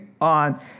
on